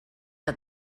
que